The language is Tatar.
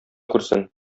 күрсен